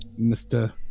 Mr